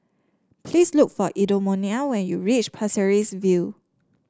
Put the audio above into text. please look for Edmonia when you reach Pasir Ris View